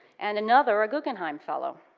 and another a guggenheim fellow.